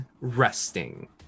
resting